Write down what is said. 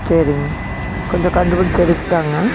சரிங்க கொஞ்சம் கண்டுபிடிச்சு எடுத்துத்தாங்க